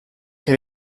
che